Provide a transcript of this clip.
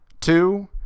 Two